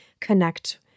connect